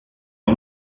amb